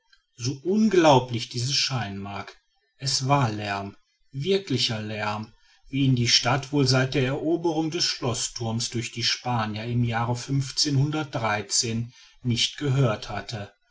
so unglaublich dies scheinen mag es war lärm wirklicher lärm wie ihn die stadt wohl seit der eroberung des schloßthurms durch die spanier im jahre nicht gehört hatte